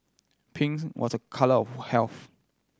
pinks was a colour of health